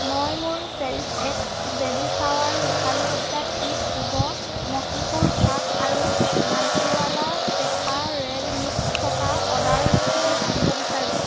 মই মোৰ cherish X baby shower ৰূপালী সজ্জা কিট শুব মহীশূৰ পাক আৰু বান্সীৱালা পেথা ৰয়েল মিক্স থকা অৰ্ডাৰ স্থিতি জানিব বিচাৰোঁ